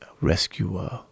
rescuer